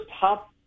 top